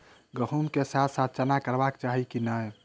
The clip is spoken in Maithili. गहुम केँ साथ साथ चना करबाक चाहि की नै?